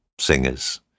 singers